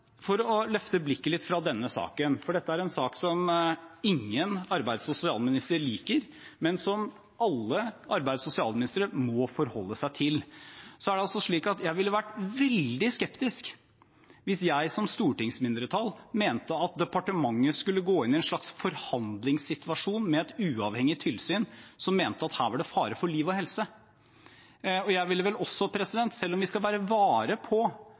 For å løfte blikket litt fra denne saken, for dette er en sak som ingen arbeids- og sosialminister liker, men som alle arbeids- og sosialministere må forholde seg til, er det altså slik at jeg ville vært veldig skeptisk hvis jeg som stortingsmindretall mente at departementet skulle gå inn i en slags forhandlingssituasjon med et uavhengig tilsyn som mente at det her var fare for liv og helse. Jeg ville vel også, selv om vi skal være vare på